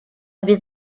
без